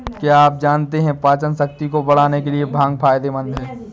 क्या आप जानते है पाचनशक्ति को बढ़ाने के लिए भांग फायदेमंद है?